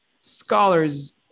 scholars